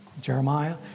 Jeremiah